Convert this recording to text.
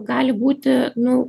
gali būti nu